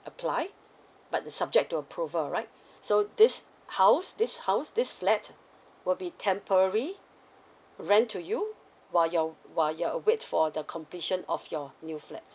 apply but subject to approval right so this house this house this flat will be temporary rent to you while you're while you're await for the completion of your new flat